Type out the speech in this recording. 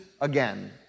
again